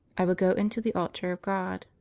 i will go in to the altar of god,